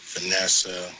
Vanessa